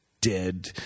dead